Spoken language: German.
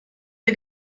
der